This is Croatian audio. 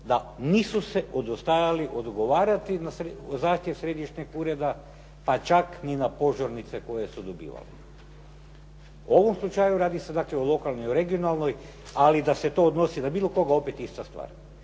da nisu se odustajali odgovarati na zahtjev Središnjeg ureda pa čak ni na požurnice koje su dobivali. U ovom slučaju radi se o lokalnoj i regionalno, ali da se to odnosi na bilo koga, opet ista stvar.